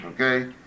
okay